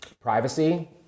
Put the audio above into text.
privacy